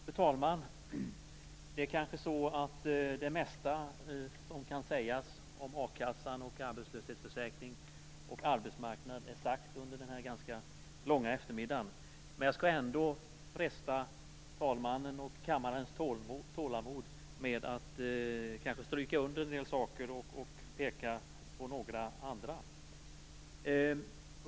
Fru talman! Det är kanske så att det mesta som kan sägas om a-kassan, arbetslöshetsförsäkringen och arbetsmarknaden har sagts under denna långa eftermiddag. Men jag skall ändå fresta talmannens och kammarens tålamod med att stryka under en del saker och peka på några andra.